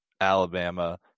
Alabama